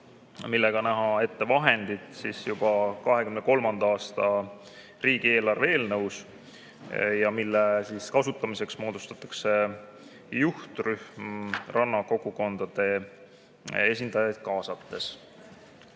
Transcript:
millega näha ette vahendid juba 2023. aasta riigieelarve eelnõus ja mille kasutamiseks moodustatakse juhtrühm rannakogukondade esindajaid